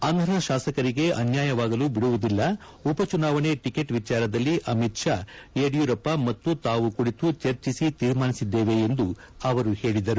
ಅನರ್ಹ ಶಾಸಕರಿಗೆ ಅನ್ಯಾಯವಾಗಲು ಬಿಡುವುದಿಲ್ಲ ಉಪಚುನಾವಣೆ ಟಿಕಟ್ ವಿಚಾರದಲ್ಲಿ ಅಮಿತ್ ಷಾ ಯಡಿಯೂರಪ್ಪ ಮತ್ತು ತಾವು ಕುಳಿತು ಚರ್ಚೆಸಿ ತೀರ್ಮಾನಿಸಿದ್ದೇವೆ ಎಂದು ಹೇಳಿದರು